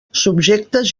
subjectes